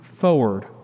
forward